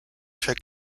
check